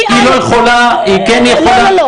היא לא יכולה, היא כאן יכולה --- לא לא לא